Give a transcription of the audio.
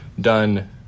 done